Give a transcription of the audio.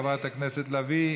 חברת הכנסת לביא,